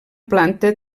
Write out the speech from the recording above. planta